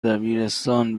دبیرستان